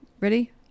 ready